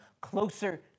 closer